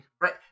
right